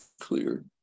clear